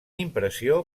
impressió